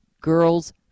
Girls